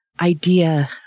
idea